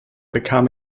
bekam